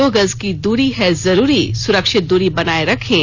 दो गज की दूरी है जरूरी सुरक्षित दूरी बनाए रखें